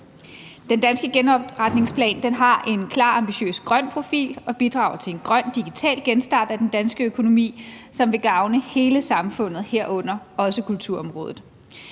Den danske genopretningsplan har en klar ambitiøs grøn profil og bidrager til en grøn digital genstart af den danske økonomi, som vil gavne hele samfundet, herunder også kulturområdet.